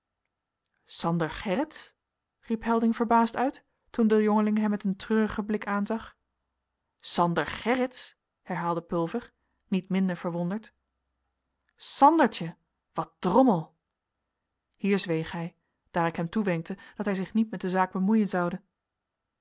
sander gerritsz riep helding verbaasd uit toen de jongeling hem met een treurigen blik aanzag sander gerritsz herhaalde pulver niet minder verwonderd sandertje wat drommel hier zweeg hij daar ik hem toewenkte dat hij zich niet met de zaak bemoeien zoude